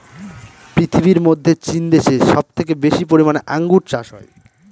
পৃথিবীর মধ্যে চীন দেশে সব থেকে বেশি পরিমানে আঙ্গুর চাষ হয়